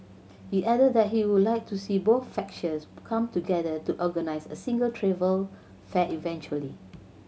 he added that he would like to see both factions come together to organise a single travel fair eventually